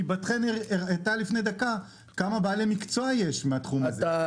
הרי בת חן הראתה לפני דקה כמה בעלי מקצוע מהתחום הזה יש כרגע בצפון.